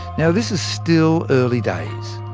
now this is still early days,